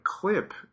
clip